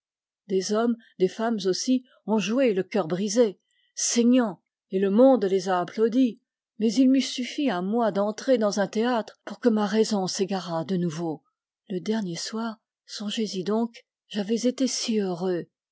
des hommes des femmes aussi ont joué le cœur brisé saignant et le monde les a applaudis mais il m'eût suffi à moi d'entrer dans un théâtre pour que ma raison s'égarât de nouveau le dernier soir songez-y donc j'avais été si heureux